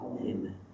Amen